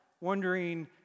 wondering